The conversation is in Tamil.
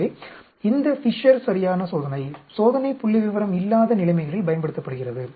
எனவே இந்த ஃபிஷர் சரியான சோதனை சோதனை புள்ளிவிவரம் இல்லாத நிலைமைகளில் பயன்படுத்தப்படுகிறது